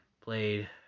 played